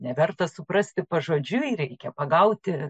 neverta suprasti pažodžiui reikia pagauti